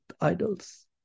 idols